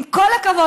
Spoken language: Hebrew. עם כל הכבוד,